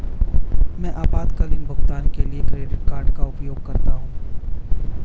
मैं आपातकालीन भुगतान के लिए क्रेडिट कार्ड का उपयोग करता हूं